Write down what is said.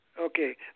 Okay